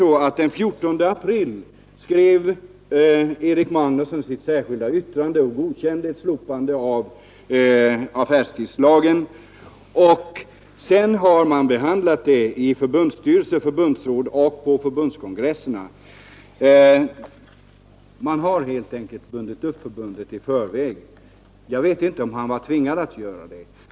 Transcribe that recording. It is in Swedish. Den 14 april skrev nämligen Erik Magnusson sitt särskilda yttrande, vari han godkände ett slopande av affärstidslagen. Sedan har man behandlat frågan i förbundsstyrelse, förbundsråd och på förbundskongresserna. Han har helt enkelt bundit upp förbundet i förväg. Jag vet inte varför han var tvingad att göra det.